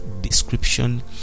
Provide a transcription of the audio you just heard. description